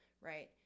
right